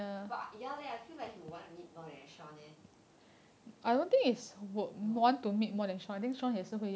but ya leh I feel like he would want to meet more than sean leh no